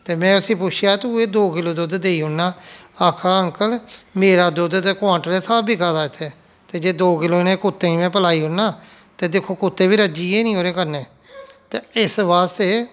ते में उस्सी पुच्छेआ कि तू एह् दो किलो दुद्ध देई ओड़ना आक्खा दा अंकल मेरा दुद्ध ते क्वांटलें दे स्हाब बिका दा इत्थै ते जे दो किलो इ'नें कुत्तें गी में पलाई ओड़ना ते दिक्खो कुत्तें बी रज्जी गै निं ओह्दे कन्नै ते इस बास्ते